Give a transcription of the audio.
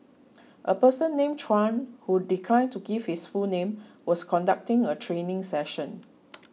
a person named Chuan who declined to give his full name was conducting a training session